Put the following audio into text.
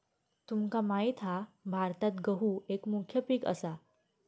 तुमका माहित हा भारतात गहु एक मुख्य पीक असा